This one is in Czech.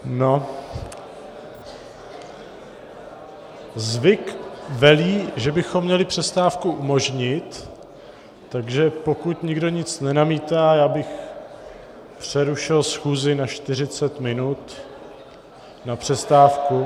No, zvyk velí, že bychom měli přestávku umožnit, takže pokud nikdo nic nenamítá, já bych přerušil schůzi na 40 minut na přestávku.